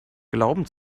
glauben